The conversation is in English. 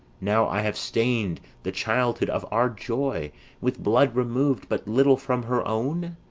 now i have stain'd the childhood of our joy with blood remov'd but little from her own?